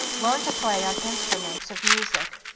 learned to play on instruments of music.